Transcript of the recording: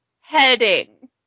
heading